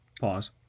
Pause